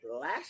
last